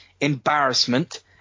embarrassment